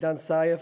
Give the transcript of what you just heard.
זידאן סייף.